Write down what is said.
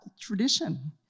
tradition